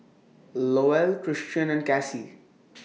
Lowell Christion and Kassie